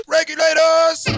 Regulators